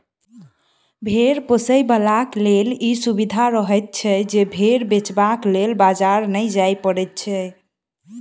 भेंड़ पोसयबलाक लेल ई सुविधा रहैत छै जे भेंड़ बेचबाक लेल बाजार नै जाय पड़ैत छै